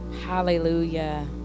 Hallelujah